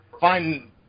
find